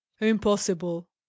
impossible